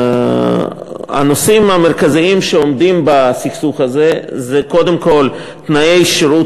הנושאים המרכזיים שעומדים בסכסוך הזה הם קודם כול תנאי שירות